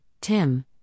Tim